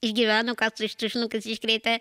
išgyveno ką su tais tušinukais iškrėtė